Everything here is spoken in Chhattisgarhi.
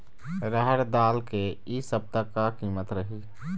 रहड़ दाल के इ सप्ता का कीमत रही?